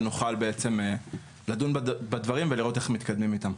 ונוכל בעצם לדון בדברים ולראות איך מתקדמים איתם.